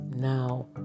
Now